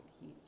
heat